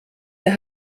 der